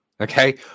okay